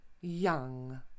young